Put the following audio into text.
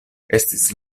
estis